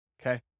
Okay